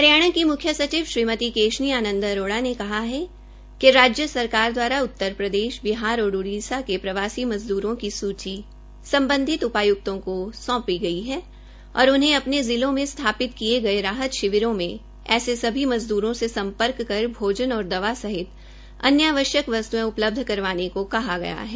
हरियाणा की मुख्यसचिव श्रीमती केशनी आनंद अरोड़ा ने कहा है कि राज्य सरकार द्वारा उत्तरप्रदेश बिहार और उड़ीसा के प्रवासी मज़दूरों की सूची सम्बधित उपाय्क्तों को सौंपी गई है और उन्हें अपने जिलों में स्थापित किये गये राहत शिविररों में ऐसे सभी मज़दुरों से सम्पर्क कर भोजन और दवा सहित अन्य आवश्यक वस्त्यें उपलब्ध करवाने को कहा गया है